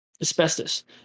Asbestos